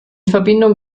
verbindung